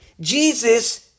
Jesus